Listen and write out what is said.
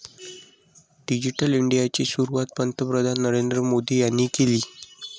digital इंडियाची सुरुवात पंतप्रधान नरेंद्र मोदी यांनी केली